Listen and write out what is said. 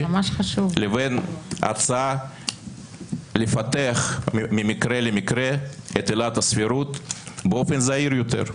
לבין הצעה לפתח ממקרה למקרה את עילת הסבירות באופן זהיר יותר.